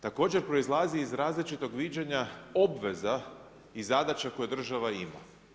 Također proizlazi iz različitog viđenja obveza i zadaća koje država ima.